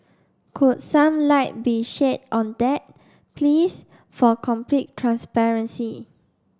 could some light be shed on that please for complete transparency